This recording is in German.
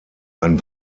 ein